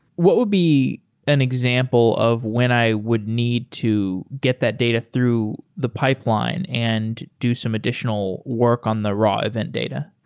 what would be an example of when i would need to get that data through the pipeline and do some additional work on the raw event data?